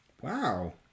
Wow